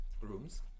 rooms